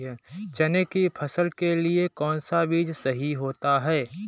चने की फसल के लिए कौनसा बीज सही होता है?